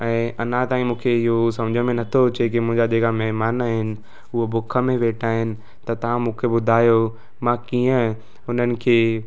ऐं अञा ताईं मूंखे इहो समुझ में नथो अचे की मुंहिंजा जेका महिमान आहिनि उहो बुख में वेठा आहिनि त तव्हां मूंखे ॿुधायो मां कीअं हुननि खे